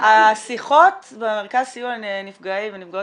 השיחות במרכז סיוע לנפגעי ונפגעות